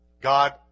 God